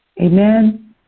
Amen